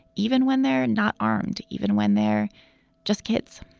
even when they're not armed, even when they're just kids